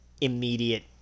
immediate